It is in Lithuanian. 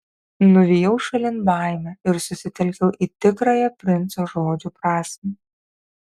nuvijau šalin baimę ir susitelkiau į tikrąją princo žodžių prasmę